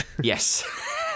Yes